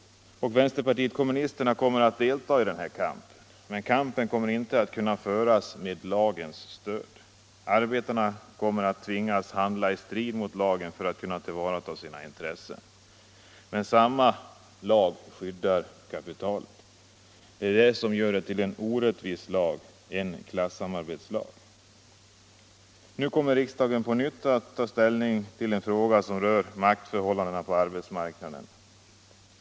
Vänsterpartiet kommunisterna kommer att delta i den kampen, men kampen kommer inte att kunna föras med lagen som stöd. Arbetarna kommer att tvingas handla i strid mot lagen för att kunna tillvarata sina intressen, medan samma lag skyddar kapitalet. Det är det som gör den till en orättvis lag — en klassamarbetslag. Nu kommer riksdagen på nytt att ta ställning i en fråga som rör maktförhållandena på arbetsmarknaden.